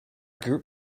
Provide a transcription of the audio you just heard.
group